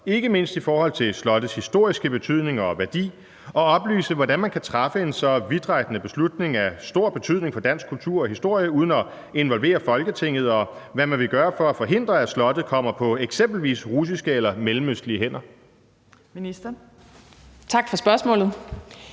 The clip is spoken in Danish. ikke mindst i forhold til slottets historiske betydning og værdi – og oplyse, hvordan man kan træffe en så vidtrækkende beslutning af stor betydning for dansk kultur og historie uden at involvere Folketinget, og hvad man vil gøre for at forhindre, at slottet kommer på eksempelvis russiske eller mellemøstlige hænder? Tredje